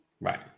Right